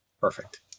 perfect